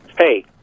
Hey